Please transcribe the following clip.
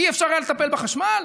אי-אפשר היה לטפל בחשמל?